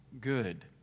good